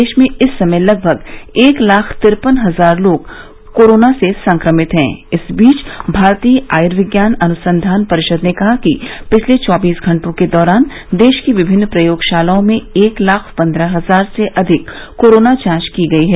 देश में इस समय लगभग एक लाख तिरपन हजार लोग कोरोना से संक्रमित है इस बीच भारतीय आय्र्विज्ञान अनुसंधान परिषद ने कहा है कि पिछले चौबीस घंटों के दौरान देश की विभिन्न प्रयोगशालाओं में एक लाख पन्द्रह हजार से अधिक कोरोना जांच की गई हैं